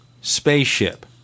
spaceship